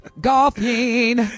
Golfing